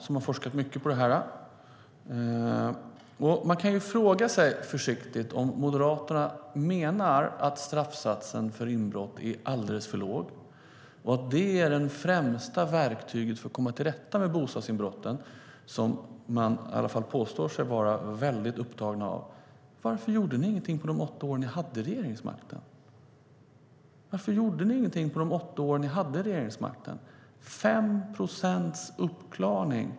Han har forskat mycket om detta. Man kan försiktigt fråga sig om Moderaterna menar att straffsatsen för inbrott är alldeles för låg och att den är det främsta verktyget för att komma till rätta med bostadsinbrotten, som de i alla fall påstår sig vara väldigt upptagna av. Varför gjorde ni ingenting under de åtta år som ni hade regeringsmakten? Uppklaringen av bostadsinbrotten är 5 procent.